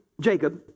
Jacob